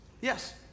Yes